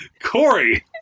Corey